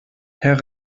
herr